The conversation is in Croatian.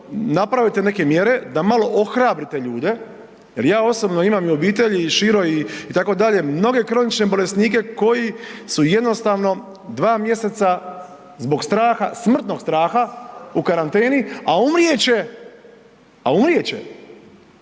napravite neke mjere, da malo ohrabrite ljude jer ja osobno imam i u obitelji i široj itd. mnoge kronične bolesnike koji su jednostavno dva mjeseca zbog straha, smrtnog straha u karanteni, a umrijet će, a umrijet će